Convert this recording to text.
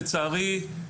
לצערי.